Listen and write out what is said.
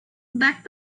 back